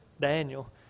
Daniel